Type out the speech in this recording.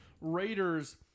Raiders